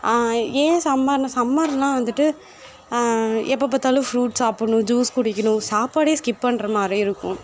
ஏன் சம்மர்னால் சம்மர்னால் வந்துட்டு எப்போ பார்த்தாலும் ஃப்ரூட்ஸ் சாப்பிட்ணும் ஜூஸ் குடிக்கணும் சாப்பாடை ஸ்கிப் பண்ணுற மாதிரி இருக்கும்